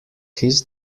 his